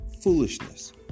foolishness